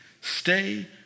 stay